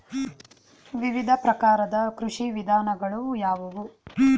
ವಿವಿಧ ಪ್ರಕಾರದ ಕೃಷಿ ವಿಧಾನಗಳು ಯಾವುವು?